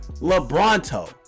LeBronto